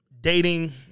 dating